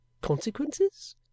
consequences